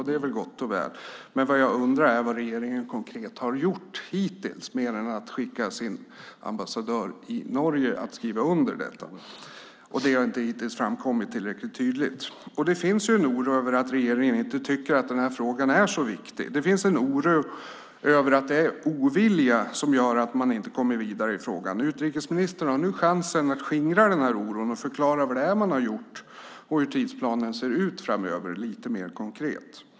Det är gott och väl, men jag undrar vad regeringen konkret har gjort mer än att skicka sin ambassadör i Norge att skriva under detta. Det har hittills inte framkommit tillräckligt tydligt. Det finns en oro över att regeringen inte tycker att frågan är särskilt viktig, och det finns en oro över att det är ovilja som gör att man inte kommer vidare i frågan. Utrikesministern har nu chansen att skingra denna oro och lite mer konkret förklara vad det är man har gjort och hur tidsplanen ser ut framöver.